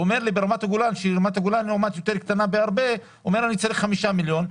הוא אומר שברמת הגולן הוא - והיא בהרבה יותר קטנה צריך 5 מיליון,